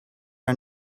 are